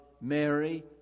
Mary